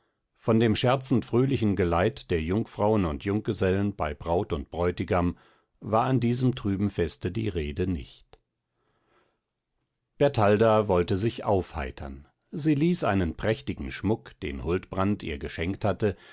von dem scherzend fröhlichen geleit der jungfrauen und junggesellen bei braut und bräutigam war an diesem trüben feste die rede nicht bertalda wollte sich aufheitern sie ließ einen prächtigen schmuck den huldbrand ihr geschenkt hatte